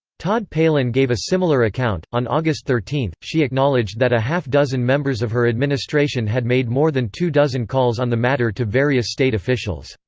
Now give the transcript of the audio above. todd palin gave a similar account on august thirteen, she acknowledged that a half dozen members of her administration had made more than two dozen calls on the matter to various state officials.